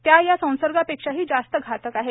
त्या या संसर्गापेक्षाही जास्त घातक आहेत